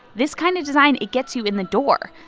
this kind of design it gets you in the door.